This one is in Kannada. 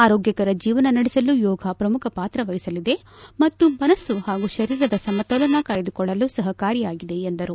ಆರೋಗ್ಭಕರ ಜೀವನ ನಡೆಸಲು ಯೋಗ ಪ್ರಮುಖ ಪಾತ್ರವಹಿಸಲಿದೆ ಮತ್ತು ಮನಸ್ನು ಹಾಗೂ ಶರೀರದ ಸಮತೋಲನ ಕಾಯ್ಲುಕೊಳ್ಳಲು ಸಹಕಾರಿಯಾಗಿದೆ ಎಂದರು